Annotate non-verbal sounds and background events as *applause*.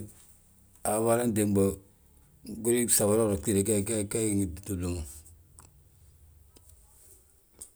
Waabo hala ntég bo, gwili gsabadoor gtida gee- gee ngi tùmli mo. *noise*